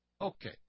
Okay